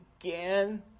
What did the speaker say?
again